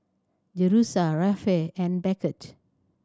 Jerusha Rafe and Beckett